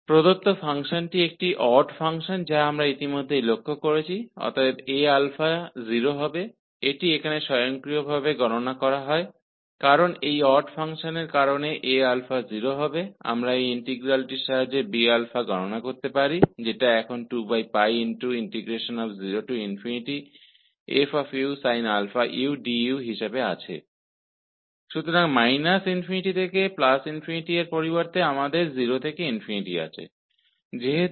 दिया गया फ़ंक्शन एक ऑड फ़ंक्शन है जिसे हमने पहले ही देखा है इसलिए Aα का मान 0 होगा इस ऑड फ़ंक्शन के कारण स्वतः ही मिलता है Aα खुद ही 0 होगा और इस इंटीग्रल की सहायता से हम Bα की गणना कर सकते हैं जो कि अब 2 0 f sin u du है इसलिए −∞ से ∞ के स्थान पर हमारे पास 0 से ∞है